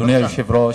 אדוני היושב-ראש,